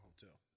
hotel